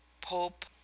Pope